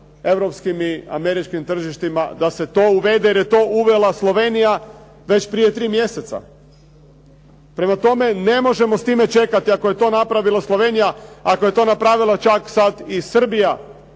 europskim i američkim tržištima, da se to uvede, jer je to uvela Slovenija već prije tri mjeseca. Prema tome, ne možemo s tim čekati ako je to napravila Slovenija, ako je to napravila čak sada i Srbija